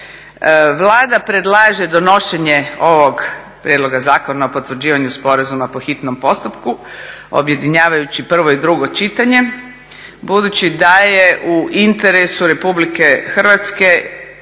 Vlada predlaže donošenje ovog prijedloga Zakona o potvrđivanju sporazuma po hitnom postupku objedinjavajući prvo i drugo čitanje budući da je u interesu RH što